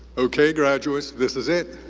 okay, graduates, this is it.